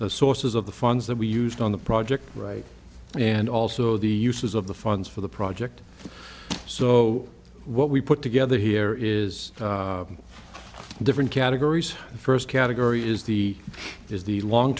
the sources of the funds that we used on the project right and also the uses of the funds for the project so what we put together here is different categories the first category is the is the long